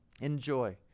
Enjoy